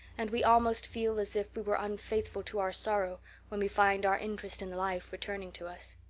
and we almost feel as if we were unfaithful to our sorrow when we find our interest in life returning to us.